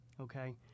okay